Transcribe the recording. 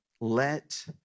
let